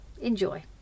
Enjoy